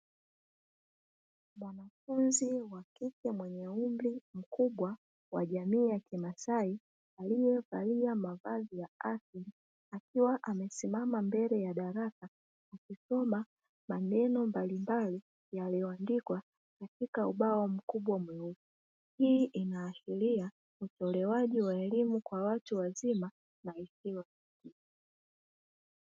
Mwanafunzi wa kike mwenye umri mkubwa wa jamii ya kimasai; aliyevalia mavazi ya asili, akiwa amesimama mbele ya darasa akisoma maneno mbalimbali yaliyoandikwa katika ubao mkubwa mweusi. Hii inaashiria utolewaji wa elimu kwa watu wazima na isiyo rasmi.